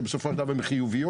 שבסופו של דבר הן חיוביות,